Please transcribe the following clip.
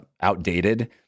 outdated